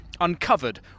Uncovered